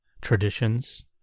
traditions